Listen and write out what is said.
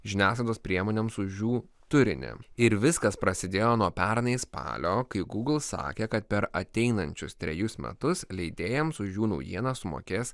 žiniasklaidos priemonėms už jų turinį ir viskas prasidėjo nuo pernai spalio kai gūgl sakė kad per ateinančius trejus metus leidėjams už jų naujienas sumokės